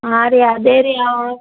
ಹಾಂ ರೀ ಅದೇ ರೀ